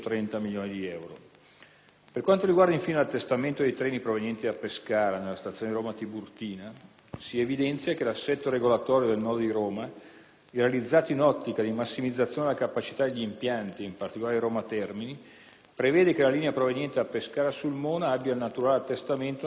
Per quanto riguarda, infine, l'attestamento dei treni provenienti da Pescara nella stazione di Roma Tiburtina, si evidenzia che l'assetto regolatorio del nodo di Roma, realizzato in ottica di massimizzazione della capacità degli impianti ed in particolare di Roma Termini, prevede che la linea proveniente da Pescara-Sulmona abbia il naturale attestamento nella stazione di Roma Tiburtina,